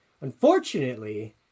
Unfortunately